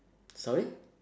sorry